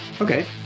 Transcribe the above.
Okay